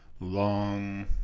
long